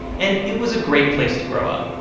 and it was a great place to grow up.